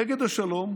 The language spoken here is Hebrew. נגד השלום,